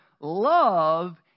love